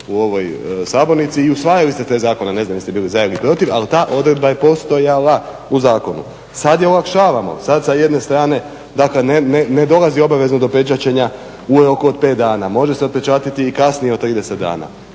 u ovoj sabornici i usvajali ste te zakone, ne znam jel' ste bili za ili protiv, ali ta odredba je postojala u zakonu. Sada je olakšavamo, sada sa jedne strane, dakle ne dolazi obavezno do pečaćenja u roku od 5 dana, može se zapečatiti kasnije od 30 dana.